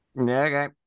Okay